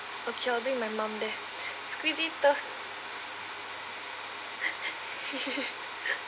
okay I'll bring my mum there squisito